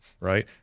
right